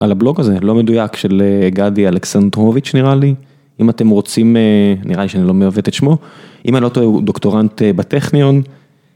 על הבלוג הזה, לא מדויק, של גדי אלכסנטרוביץ', נראה לי, אם אתם רוצים, נראה לי שאני לא מעוות את שמו, אם אני לא טועה, הוא דוקטורנט בטכניון.